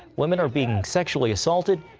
women are being sexually assaulted,